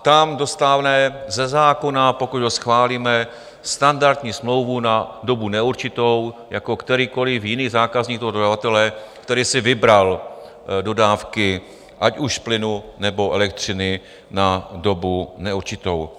Tam dostane ze zákona, pokud ho schválíme, standardní smlouvu na dobu neurčitou jako kterýkoliv jiný zákazník toho dodavatele, který si vybral dodávky, ať už plynu, nebo elektřiny, na dobu neurčitou.